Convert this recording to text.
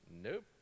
nope